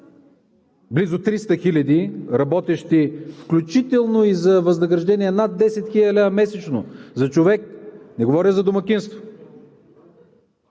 близо 300 хиляди работещи, включително за възнаграждения над 10 хил. лв. месечно – на човек! – не говоря за домакинство.